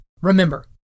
Remember